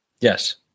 Yes